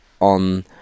on